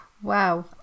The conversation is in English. wow